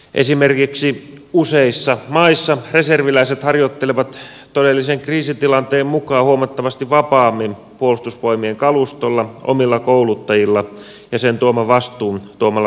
esimerkiksi useissa maissa reserviläiset harjoittelevat todellisen kriisitilanteen mukaan huomattavasti vapaammin puolustusvoimien kalustolla omilla kouluttajilla ja sen tuoman vastuun tuomalla luottamuksella